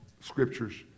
scriptures